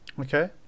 okay